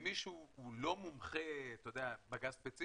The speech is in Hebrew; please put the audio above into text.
אז כמי שהוא לא מומחה בגז ספציפית,